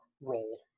role